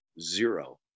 Zero